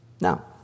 Now